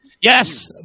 Yes